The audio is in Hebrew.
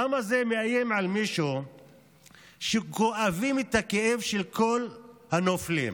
למה זה מאיים על מישהו שכואבים את הכאב של כל הנופלים?